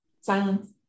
silence